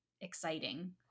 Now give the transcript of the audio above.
exciting